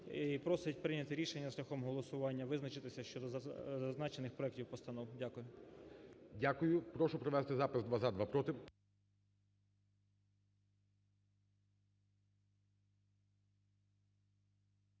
І просить прийняти рішення шляхом голосування, визначитися щодо зазначених проектів постанов. Дякую. ГОЛОВУЮЧИЙ. Дякую. Прошу провести запис: два – за,